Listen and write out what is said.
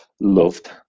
loved